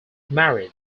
married